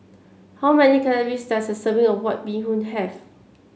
how many calories does a serving of White Bee Hoon have